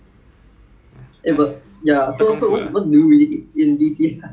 饭 and lot a lot of 饭 ya 看 ya 他的